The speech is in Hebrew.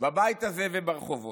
בבית הזה וברחובות.